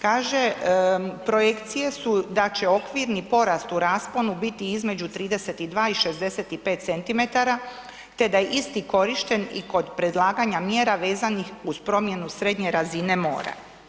Kaže, projekcije su da će okvirni porast u rasponu biti između 32 i 65 cm te da je isti korišten i kod predlaganja mjera vezanih uz promjenu srednje razine mora.